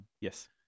Yes